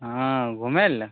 हँ घूमै लए